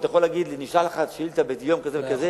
ואתה יכול להגיד לי: נשלחה לך שאילתא ביום כזה וכזה,